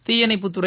தீயணைப்புத் துறை